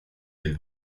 del